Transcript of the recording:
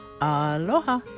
Aloha